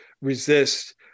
resist